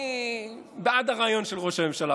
אני בעד הרעיון של ראש הממשלה,